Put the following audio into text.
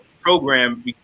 program